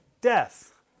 Death